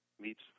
meets